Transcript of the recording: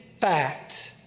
FACT